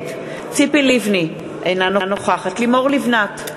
נגד ציפי לבני, אינה נוכחת לימור לבנת,